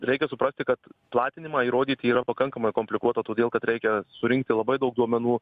reikia suprasti kad platinimą įrodyti yra pakankamai komplikuota todėl kad reikia surinkti labai daug duomenų